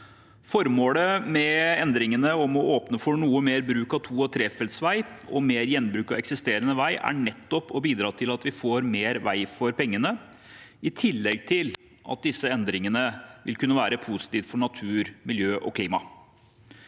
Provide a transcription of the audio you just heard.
Formålet med endringene om å åpne for noe mer bruk av to- og trefeltsvei, og mer gjenbruk av eksisterende vei, er nettopp å bidra til at vi får mer vei for pengene. I tillegg vil disse endringene kunne være positive for natur, miljø og klima.